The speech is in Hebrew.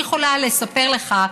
אני יכולה לספר לך,